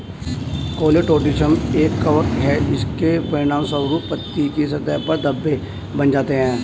Colletotrichum एक कवक है, इसके परिणामस्वरूप पत्ती की सतह पर धब्बे बन जाते हैं